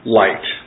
light